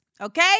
okay